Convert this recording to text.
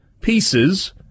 pieces